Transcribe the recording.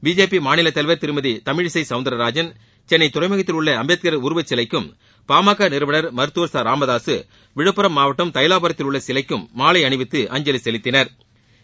BJP மாநில தலைவர் திருமதி தமிழிசை சௌந்தர்ராஜன் சென்னை துறைமுகத்தில் உள்ள அம்பேத்கர் உருவச்சிலைக்கும் பாமக நிறுவனர் மருத்துவர் ச ராமதாசு விழுப்புரம் மாவட்டம் தைவாபுரத்தில் உள்ள சிலைக்கும் மாலை அணிவித்து அஞ்சலி செலுத்தினா்